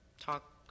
talk